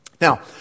Now